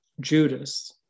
Judas